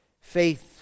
Faith